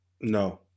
No